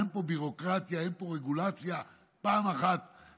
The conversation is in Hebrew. אין פה ביורוקרטיה, אין פה רגולציה, פעם אחת מספר.